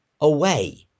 away